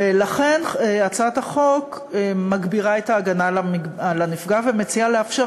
ולכן הצעת החוק מגבירה את ההגנה על הנפגע ומציעה לאפשר